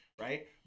right